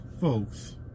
folks